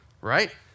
right